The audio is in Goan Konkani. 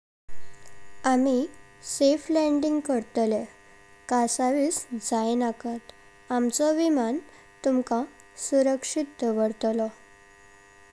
आमी सेफ लँडिंग कर्ताले, कासाविस जाइनाकात। आमचो विमान तुमका सुरक्षित दावरतलो।